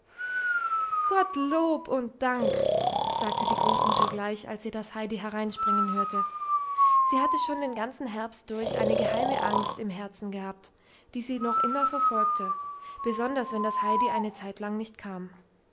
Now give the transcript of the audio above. gott lob und dank sagte die großmutter gleich als sie das heidi hereinspringen hörte sie hatte schon den ganzen herbst durch eine geheime angst im herzen gehabt die sie noch immer verfolgte besonders wenn das heidi eine zeitlang nicht kam